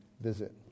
visit